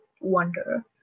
wonder